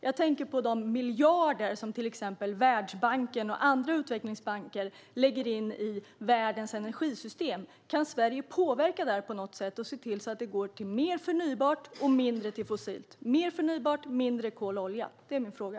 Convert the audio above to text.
Jag tänker på de miljarder som till exempel Världsbanken och andra utvecklingsbanker lägger in i världens energisystem. Kan Sverige påverka där på något sätt och se till att de går till mer förnybart och mindre fossilt - mer förnybart och mindre kol och olja? Det är min fråga.